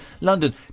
London